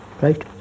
Right